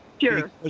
sure